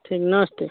ठीक नमस्ते